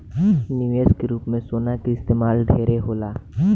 निवेश के रूप में सोना के इस्तमाल ढेरे होला